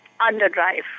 underdrive